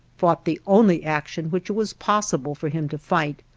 fought the only action which it was possible for him to fight.